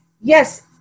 yes